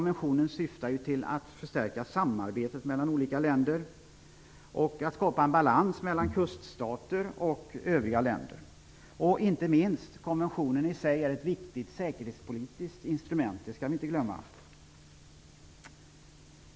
Den syftar ju till att förstärka samarbetet mellan olika länder och att skapa en balans mellan kuststater och övriga länder. Inte minst är konventionen i sig ett viktigt säkerhetspolitiskt instrument. Det skall vi inte glömma.